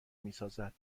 میسازد